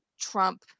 Trump